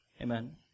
Amen